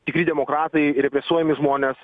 tikri demokratai represuojami žmonės